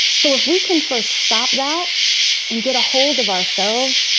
so if we can first stop that and get ahold of ourselves,